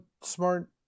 smart